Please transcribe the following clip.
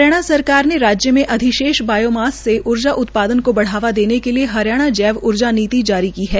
हरियाणा सरकार ने अधिशेष बाये मास से ऊर्जा उत्पादन को बढ़ावा देने के लिए हरियाणा जैव ऊर्जा नीति जारी की है